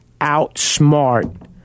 outsmart